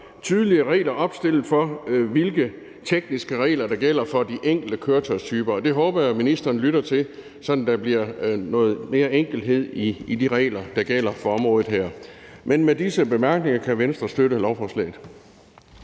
tydelige regler opstillet for, hvilke tekniske regler der gælder for de enkelte køretøjstyper. Og det håber jeg at ministeren lytter til, sådan at der kommer mere enkelhed i de regler, der gælder for området her. Men med disse bemærkninger kan Venstre støtte lovforslaget.